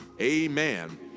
amen